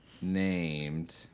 named